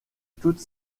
toute